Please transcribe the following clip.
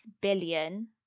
billion